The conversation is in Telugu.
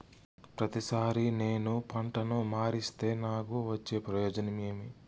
ప్రతిసారి నేను పంటను మారిస్తే నాకు వచ్చే ప్రయోజనం ఏమి?